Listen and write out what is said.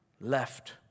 left